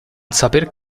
saper